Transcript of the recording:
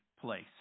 place